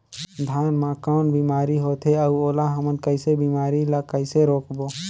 धान मा कौन बीमारी होथे अउ ओला हमन कइसे बीमारी ला कइसे रोकबो?